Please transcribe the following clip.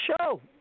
show